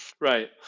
Right